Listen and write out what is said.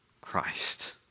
Christ